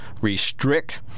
restrict